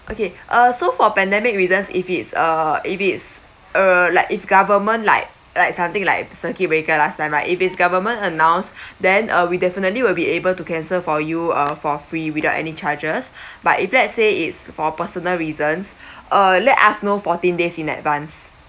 okay uh so for pandemic reasons if it's uh if it's uh like if government like like something like circuit breaker last time right if is government announced then uh we definitely will be able to cancel for you uh for free without any charges but if let's say it's for personal reasons uh let us know fourteen days in advance